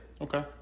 Okay